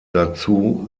dazu